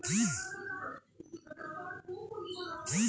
গরু বা মহিষের দুধ দোহনের পর সেগুলো কে অনেক ক্ষেত্রেই বাজার দরে বিক্রি করা হয়